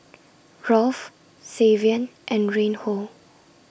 Rolf Savion and Reinhold